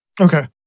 Okay